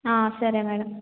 ఆ సరే మేడం